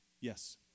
Yes